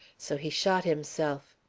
so he shot himself.